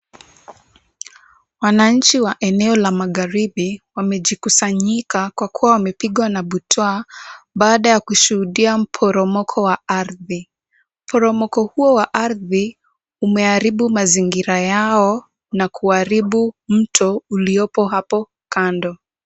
Wananchi wa eneo la magharibi wamejikusanyika kwa kuwa wamepigwa na butwaa baada ya kushuhudia mporomoka wa ardhi. Mporomoko huo wa ardhi, umeharibu mazingira yao na kuharibu mto uliopo hapo kando.